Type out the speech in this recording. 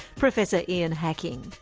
professor ian hacking.